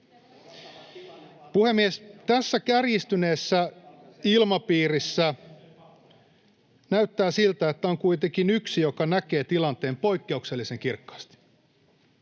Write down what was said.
Puhemies! Tässä kärjistyneessä ilmapiirissä näyttää siltä, että on kuitenkin yksi, joka näkee tilanteen poikkeuksellisen kirkkaasti.